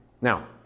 Now